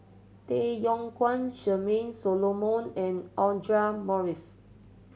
Tay Yong Kwang Charmaine Solomon and Audra Morrice